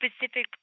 specific